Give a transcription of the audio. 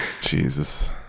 Jesus